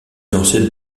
ancienne